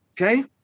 Okay